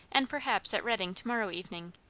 and perhaps at reading tomorrow evening.